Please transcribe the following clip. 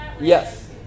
Yes